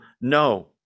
No